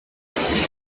nachmittag